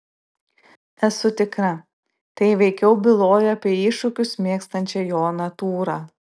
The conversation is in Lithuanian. esu tikra tai veikiau bylojo apie iššūkius mėgstančią jo natūrą